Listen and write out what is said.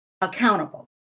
accountable